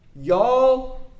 Y'all